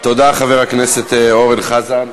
תודה, חבר הכנסת אורן חזן.